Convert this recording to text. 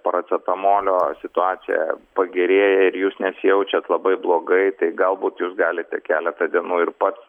paracetamolio situacija pagerėja ir jūs nesijaučiat labai blogai tai galbūt jūs galite keletą dienų ir pats